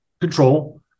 control